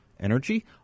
energy